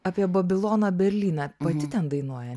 apie babiloną berlyną pati ten dainuoji